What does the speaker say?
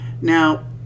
now